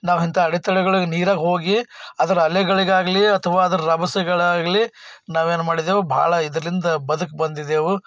ನಾವು ಇಂಥ ಅಡೆ ತಡೆಗಳಿಗೆ ನೀರಿಗೆ ಹೋಗಿ ಅದರ ಅಲೆಗಳಿಗಾಗಲಿ ಅಥವಾ ಅದರ ರಭಸಗಳಾಗಲಿ ನಾವು ಏನು ಮಾಡಿದ್ದೆವು ಭಾಳ ಇದರಲಿಂದ ಬದುಕಿ ಬಂದಿದ್ದೆವು